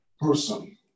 person